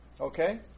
Okay